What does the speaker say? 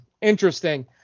Interesting